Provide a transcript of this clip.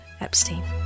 Epstein